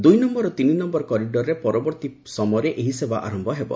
ଦୁଇ ନମ୍ଭର ଓ ତିନି ନମ୍ଭର କରିଡରରେ ପରବର୍ତ୍ତୀ ସମୟରେ ଏହି ସେବା ଆରମ୍ଭ କରାଯିବ